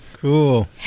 Cool